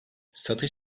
satış